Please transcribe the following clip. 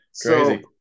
Crazy